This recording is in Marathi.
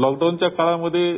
लॉकडाऊनच्या काळामध्ये